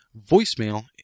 voicemail